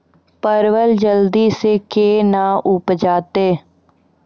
परवल जल्दी से के ना उपजाते?